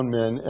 men